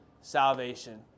salvation